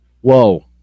Whoa